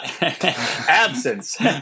Absence